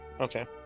Okay